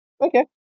Okay